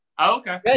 Okay